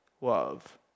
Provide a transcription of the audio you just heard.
love